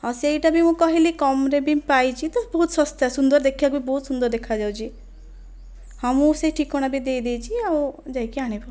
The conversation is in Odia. ହଁ ସେଇଟା ବି ମୁଁ କହିଲି କମ୍ରେ ବି ପାଇଛି ତ ବହୁତ ଶସ୍ତା ସୁନ୍ଦର ଦେଖିପାଇଁ ବହୁତ ସୁନ୍ଦର ଦେଖା ଯାଉଛି ହଁ ମୁଁ ସେ ଠିକଣା ବି ଦେଇ ଦେଇଛି ଆଉ ଯାଇକି ଆଣିବୁ